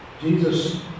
Jesus